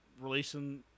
releasing